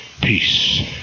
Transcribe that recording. peace